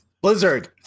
Blizzard